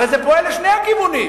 הרי זה פועל לשני הכיוונים: